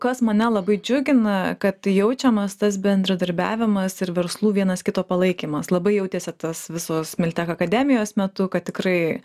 kas mane labai džiugina kad jaučiamas tas bendradarbiavimas ir verslų vienas kito palaikymas labai jautėsi tas visos miltech akademijos metu kad tikrai